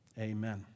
Amen